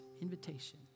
invitation